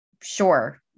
sure